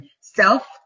self